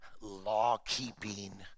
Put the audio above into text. law-keeping